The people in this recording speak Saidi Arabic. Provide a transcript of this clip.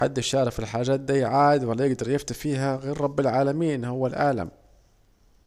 محدش يعرف في الحاجات دي عاد ولا يجدر يفتي فيها غير رب العالمين هو العالم